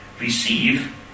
Receive